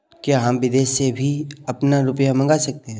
क्या हम विदेश से भी अपना रुपया मंगा सकते हैं?